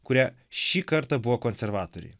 kurią šį kartą buvo konservatoriai